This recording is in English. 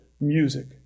music